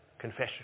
Confession